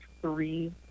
three